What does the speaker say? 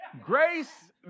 Grace